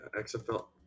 XFL